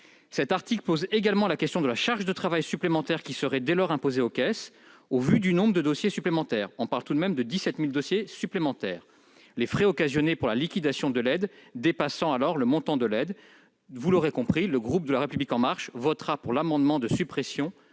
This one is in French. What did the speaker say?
Cet article pose également la question de la charge de travail supplémentaire qui serait alors imposée aux caisses, au vu du nombre de dossiers supplémentaires- on parle tout de même de 17 000 dossiers -et alors que les frais représentés par la liquidation de l'aide dépasseraient le montant de celle-ci. Par conséquent, vous l'aurez compris, le groupe La République En Marche votera pour l'amendement de suppression